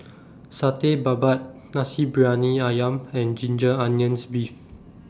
Satay Babat Nasi Briyani Ayam and Ginger Onions Beef